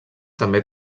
també